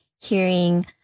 hearing